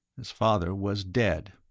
his father was dead,